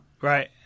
Right